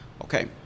Okay